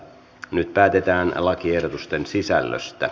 nyt päätetään lakiehdotusten sisällöstä